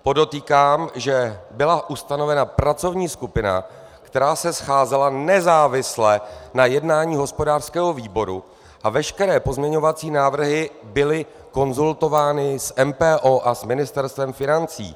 Podotýkám, že byla ustavena pracovní skupina, která se scházela nezávisle na jednání hospodářského výboru, a veškeré pozměňovací návrhy byly konzultovány s MPO a s Ministerstvem financí.